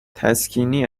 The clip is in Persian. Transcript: تسکینی